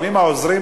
העוזרים,